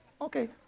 Okay